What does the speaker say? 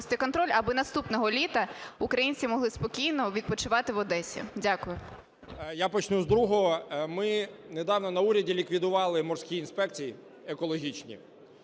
Я почну з другого. Ми недавно на уряді ліквідували морські інспекції екологічні